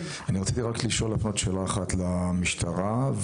רציתי לשאול רק שאלה אחת את המשטרה.